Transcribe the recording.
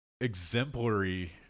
exemplary